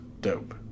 dope